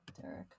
Derek